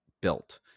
built